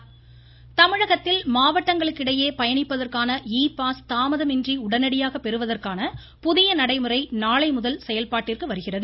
இ pass தமிழகத்தில் மாவட்டங்களுக்கிடையே பயணிப்பதற்கான இ பாஸ் தாமதமின்றி உடனடியாக பெறுவதற்கான புதிய நடைமுறை நாளைமுதல் செயல்பாட்டிற்கு வருகிறது